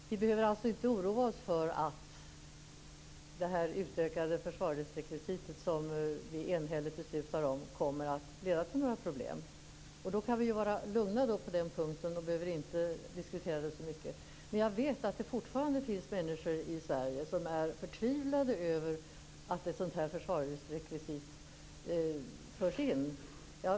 Herr talman! Vi behöver alltså inte oroa oss för att det utökade försvarlighetsrekvisit som vi enhälligt kommer att besluta om skall leda till problem. Således kan vi vara lugna på den punkten och behöver alltså inte diskutera den saken så mycket. Jag vet dock att det fortfarande finns människor i Sverige som är förtvivlade över att ett sådant här försvarlighetsrekvisit förs in.